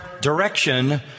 direction